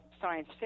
science